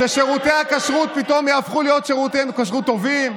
ששירותי הכשרות פתאום יהפכו להיות שירותי כשרות טובים?